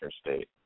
State